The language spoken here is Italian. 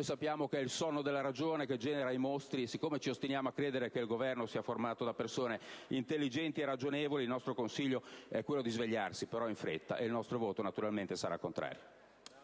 Sappiamo che il sonno della ragione genera mostri e, siccome ci ostiniamo a credere che il Governo sia formato da persone intelligenti e ragionevoli, il nostro consiglio è quello di svegliarsi. Però in fretta. Il nostro voto sul provvedimento